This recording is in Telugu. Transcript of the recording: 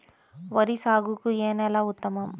వరి సాగుకు ఏ నేల ఉత్తమం?